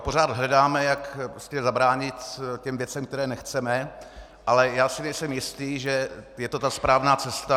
Pořád hledáme, jak zabránit těm věcem, které nechceme, ale já si nejsem jistý, že je to ta správná cesta.